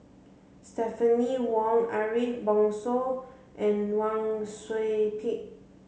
Stephanie Wong Ariff Bongso and Wang Sui Pick